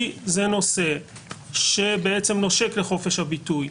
כי זה נושא שבעצם נושק לחופש הביטוי,